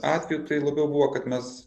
atveju tai labiau buvo kad mes